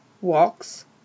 Walks